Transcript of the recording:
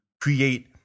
create